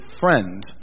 friend